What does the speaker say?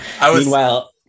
Meanwhile